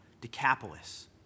Decapolis